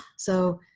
so